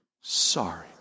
sorry